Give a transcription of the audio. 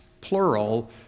plural